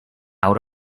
out